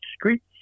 Street